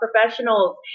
professionals